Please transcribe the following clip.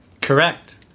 Correct